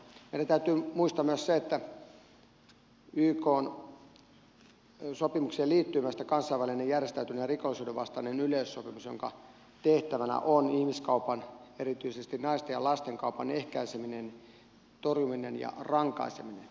meidän täytyy muistaa myös se että ykn sopimukseen liittyy myös kansainvälinen järjestäytyneen rikollisuuden vastainen yleissopimus jonka tehtävänä on ihmiskaupan erityisesti naisten ja lasten kaupan ehkäiseminen ja torjuminen sekä siitä rankaiseminen